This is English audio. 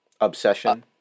Obsession